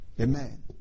Amen